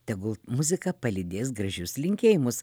tegul muzika palydės gražius linkėjimus